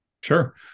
Sure